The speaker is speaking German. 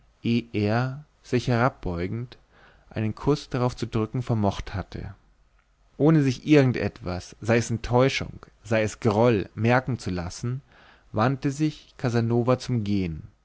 er sich herabbeugend einen kuß darauf zu drücken vermocht hatte ohne sich irgend etwas sei es enttäuschung sei es groll merken zu lassen wandte sich casanova zum gehen